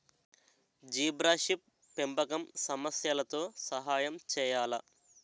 Zebrafish పెంపకం సమస్యలతో సహాయం చేయాలా?